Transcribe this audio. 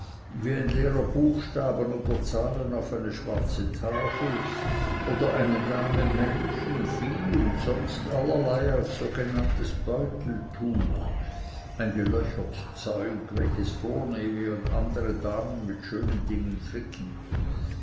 wie ein lehrer buchstaben oder zahlen auf eine schwarze tafel oder eine dame menschen vieh und sonst allerlei auf sogenanntes beuteltuch ein gelöchert zeug welches vornehme und andere damen mit schönen dingen flicken